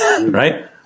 right